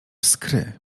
skry